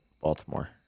Baltimore